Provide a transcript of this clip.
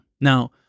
Now